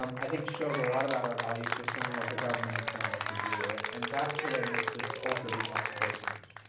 um i think shows a lot about our value system and what the government is failing to do. and and that's the way in which this culture becomes coarsened.